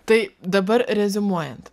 tai dabar reziumuojant